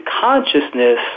consciousness